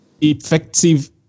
effective